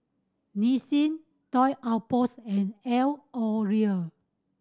Nissin Toy Outpost and L'Oreal